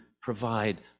provide